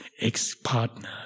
ex-partner